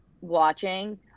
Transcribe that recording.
watching